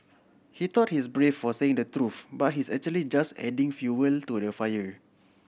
he thought he is brave for saying the truth but he's actually just adding fuel to the fire